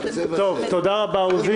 תודה רבה עוזי.